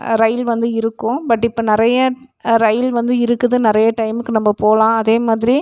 ரயில் வந்து இருக்கும் பட் இப்போ நிறைய ரயில் வந்து இருக்குது நிறைய டைமுக்கு நம்ம போகலாம் அதே மாதிரி